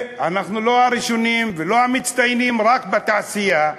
אנחנו לא הראשונים ולא המצטיינים רק בתעשייה,